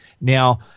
Now